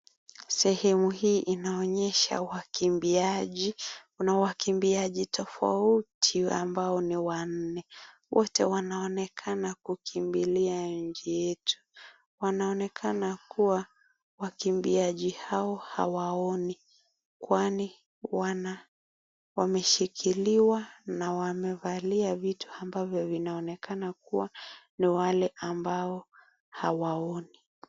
Sehemu hii inaonyesha wakimbiaji. Kuna wakimbiaji tofauti ambao ni wanne. Wote wanaonekana kukimbilia nchi yetu. Wanaonekana kuwa wakimbiaji hao hawaoni, kwani wameshikiliwa na wamevalia vitu ambavyo vinaonekana kuwa ni wale ambao hawaoni.